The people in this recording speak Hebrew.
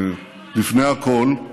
לפני הכול,